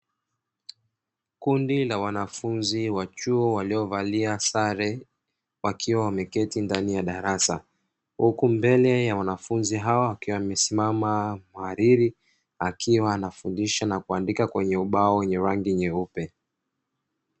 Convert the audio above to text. Kundi la wanafunzi wa chuo waliovalia sare wakiwa wameketi ndani ya darasa huku mbele ya wanafunzi hao akiwa amesimama muhariri, akiwa anafundisha na kuandika kwenye ubao wenye rangi nyeupe.